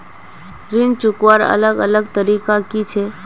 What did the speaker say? ऋण चुकवार अलग अलग तरीका कि छे?